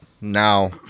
now